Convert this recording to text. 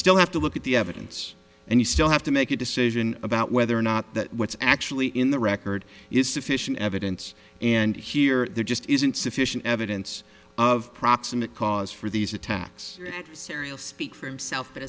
still have to look at the evidence and you still have to make a decision about whether or not that what's actually in the record is sufficient evidence here or there just isn't sufficient evidence of proximate cause for these attacks serial speak for himself but